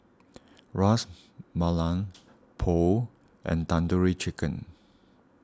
Ras Malai Pho and Tandoori Chicken